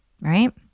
right